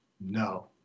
No